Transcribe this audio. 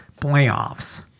playoffs